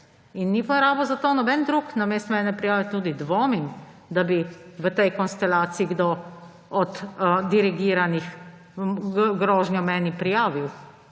Ni pa rabil zato nihče drug namesto mene prijaviti, tudi dvomim, da bi v tej konstelaciji kdo od dirigiranih grožnjo meni prijavil,